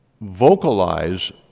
vocalize